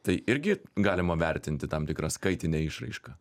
tai irgi galima vertinti tam tikra skaitine išraiška